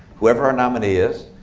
whoever our nominee is.